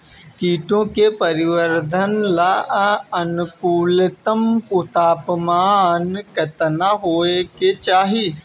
कीटो के परिवरर्धन ला अनुकूलतम तापमान केतना होए के चाही?